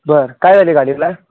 बरं काय झालं आहे गाडीला